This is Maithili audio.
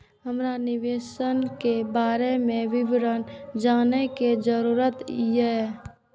हमरा निवेश के बारे में विवरण जानय के जरुरत ये?